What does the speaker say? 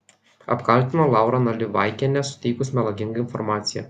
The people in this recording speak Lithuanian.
apkaltino laurą nalivaikienę suteikus melagingą informaciją